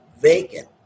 vacant